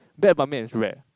bad Ban-Mian is rare